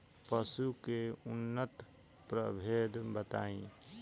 पशु के उन्नत प्रभेद बताई?